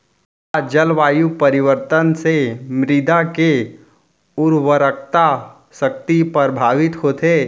का जलवायु परिवर्तन से मृदा के उर्वरकता शक्ति प्रभावित होथे?